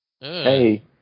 Hey